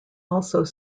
also